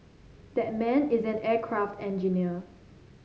that man is an aircraft engineer